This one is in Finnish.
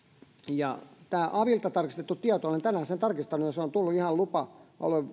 tämä avilta tarkistettu tieto olen tänään sen tarkistanut on tullut ihan